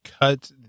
cut